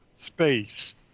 space